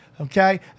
Okay